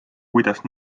kuidas